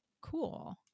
cool